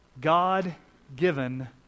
God-given